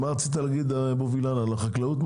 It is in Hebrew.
מה רצית להגיד מוביל החקלאות?